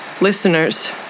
Listeners